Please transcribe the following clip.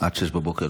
עד 06:00 לרשותך.